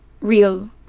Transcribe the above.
real